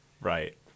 Right